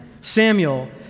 Samuel